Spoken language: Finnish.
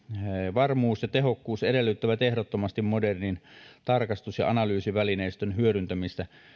varmuus ja tehokkuus edellyttävät ehdottomasti modernin tarkastus ja analyysivälineistön hyödyntämistä